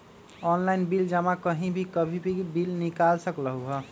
Online bill जमा कहीं भी कभी भी बिल निकाल सकलहु ह?